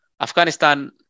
Afghanistan